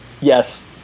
Yes